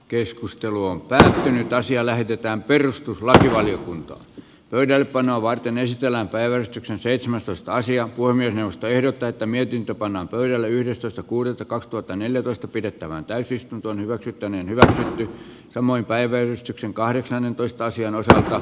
keskustelu on päättynyt ja asia lähetetään perustuslakivaliokuntaan pöydällepanoa varten esitellään päivän seitsemästoista sija voimien johto ehdottaa että mietintö pannaan pöydälle yhdestoista kuudetta kaksituhattaneljätoista pidettävään täysistuntoon vakituinen hyvä samoin päivän sen kahdeksannentoista sijan osa